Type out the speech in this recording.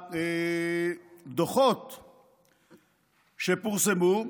הדוחות שפורסמו,